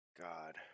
God